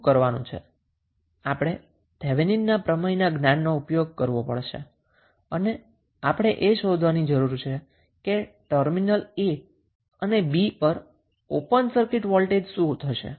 આપણે થેવેનિનના થિયરમના જ્ઞાનનો ઉપયોગ કરવો પડશે અને આપણે એ શોધવાની જરૂર છે કે ટર્મિનલ a અને b પર ઓપન સર્કિટ વોલ્ટેજ શું હશે